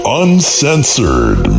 uncensored